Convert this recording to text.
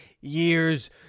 years